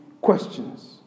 questions